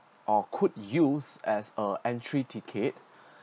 or could use as a entry ticket